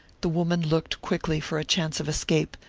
the woman looked quickly for a chance of escape,